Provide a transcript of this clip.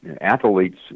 Athletes